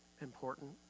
important